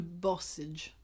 bossage